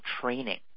training